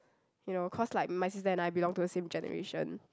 you know cause like my sister and I belong to the same generation